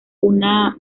una